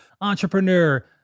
entrepreneur